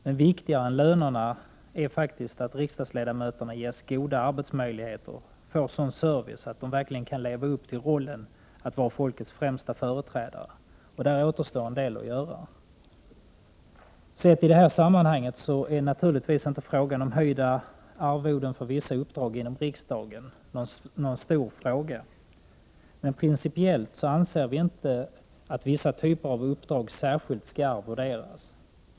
Men viktigare än lönerna är faktiskt att riksdagsledamöterna ges goda arbetsmöjligheter och får sådan service att de verkligen kan leva upp till rollen att vara folkets främsta företrädare. Där återstår en del att göra. Sett i det här sammanhanget är naturligtvis inte förslaget om höjda arvoden för vissa uppdrag inom riksdagen någon stor fråga, men principiellt anser vi inte att vissa typer av uppdrag särskilt skall arvoderas.